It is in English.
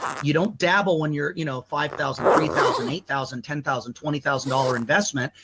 you don't dabble when you're, you know, five thousand, three thousand, eight thousand, ten thousand, twenty thousand dollar investment.